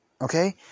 Okay